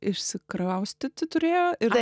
išsikraustyti turėjo ir